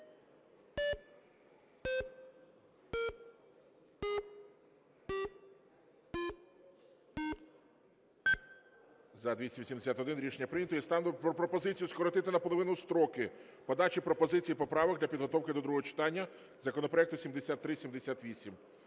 За-281 Рішення прийнято. Я ставлю пропозицію скоротити наполовину строки подачі пропозицій і поправок для підготовки до другого читання законопроекту 7378.